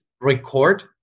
record